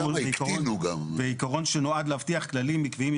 עיקרון שנועד להבטיח כללים עקביים,